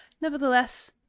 Nevertheless